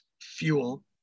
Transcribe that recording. fuel